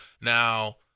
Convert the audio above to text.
now